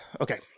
Okay